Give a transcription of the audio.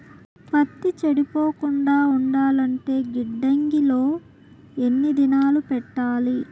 పత్తి చెడిపోకుండా ఉండాలంటే గిడ్డంగి లో ఎన్ని దినాలు పెట్టాలి?